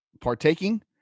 partaking